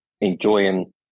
enjoying